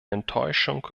enttäuschung